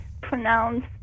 pronounce